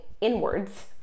inwards